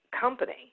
company